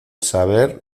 saber